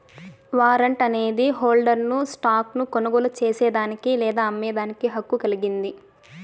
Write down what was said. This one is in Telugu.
వారంట్ అనేది హోల్డర్ను స్టాక్ ను కొనుగోలు చేసేదానికి లేదా అమ్మేదానికి హక్కు కలిగింది